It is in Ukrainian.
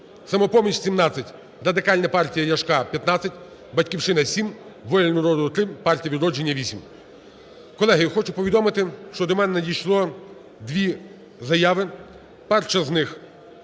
"Самопоміч" – 17, Радикальна партія Ляшка – 15, "Батьківщина" – 7, "Воля народу" – 1, "Партія "Відродження" – 8. Колеги, я хочу повідомити, що до мене надійшло дві заяви. Перша з них -